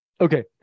okay